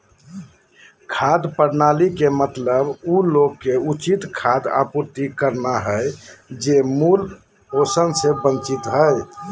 खाद्य प्रणाली के मतलब उ लोग के उचित खाद्य आपूर्ति करना हइ जे मूल पोषण से वंचित हइ